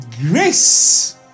grace